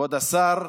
כבוד השר,